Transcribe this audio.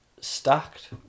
...stacked